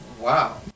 Wow